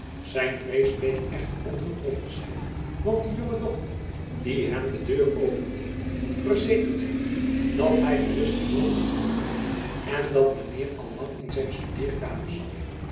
zijn vrees bleek echter ongegrond te zijn want de jonge dochter die hem de deur opendeed verzekerde hem dat hy gerust naar boven kon gaan en dat mijn heer al lang in zijn studeerkamer zat